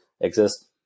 exist